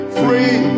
free